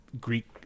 Greek